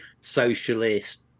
socialist